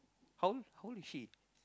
how old how old did she